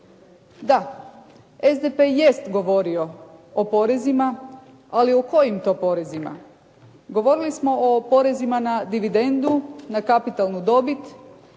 Da. SDP jest govorio o porezima, ali o kojim to porezima? Govorili smo o porezima na dividendu, na kapitalnu dobit,